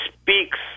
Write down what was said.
speaks